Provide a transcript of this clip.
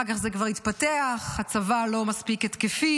אחר כך זה כבר התפתח, הצבא לא מספיק התקפי,